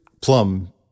Plum